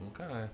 Okay